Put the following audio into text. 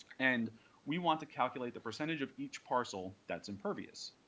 and we want to calculate the percentage of each parcel that's impervious.